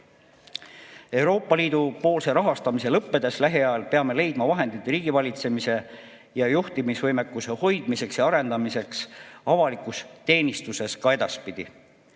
Euroopa Liidu rahastuse lõppedes lähiajal peame leidma vahendid riigivalitsemise ja juhtimisvõimekuse hoidmiseks ja arendamiseks avalikus teenistuses ka edaspidi.